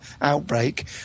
Outbreak